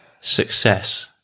success